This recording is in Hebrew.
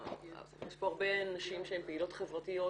יש פה הרבה נשים שהן פעילות חברתיות,